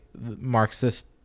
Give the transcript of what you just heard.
Marxist